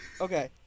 Okay